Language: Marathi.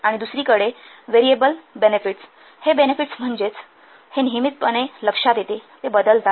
आणि दुसरीकडे व्हेरिएबल बेनेफिट्स हे बेनेफिट्स म्हणजेच व्हेरिएबल बेनेफिट्स हे नियमितपणे लक्षात येते ते बदलतात